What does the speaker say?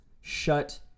shut